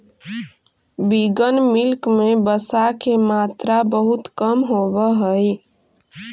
vegan milk में वसा के मात्रा बहुत कम होवऽ हइ